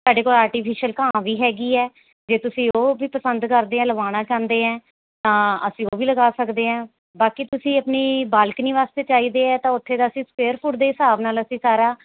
ਸਾਡੇ ਕੋਲ਼ ਆਰਟੀਫਿਸ਼ੀਅਲ ਘਾਹ ਵੀ ਹੈਗੀ ਹੈ ਜੇ ਤੁਸੀਂ ਉਹ ਵੀ ਪਸੰਦ ਕਰਦੇ ਆ ਲਵਾਉਣਾ ਚਾਹੁੰਦੇ ਐਂ ਤਾਂ ਅਸੀਂ ਉਹ ਵੀ ਲਗਾ ਸਕਦੇ ਹਾਂ ਬਾਕੀ ਤੁਸੀਂ ਆਪਣੀ ਬਾਲਕਨੀ ਵਾਸਤੇ ਚਾਹੀਦੇ ਆ ਤਾਂ ਉੱਥੇ ਦਾ ਅਸੀਂ ਸਕੇਅਰ ਫੁੱਟ ਦੇ ਹਿਸਾਬ ਨਾਲ਼ ਅਸੀਂ ਸਾਰਾ